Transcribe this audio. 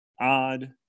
odd